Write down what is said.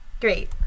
great